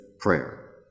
prayer